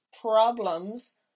problems